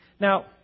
Now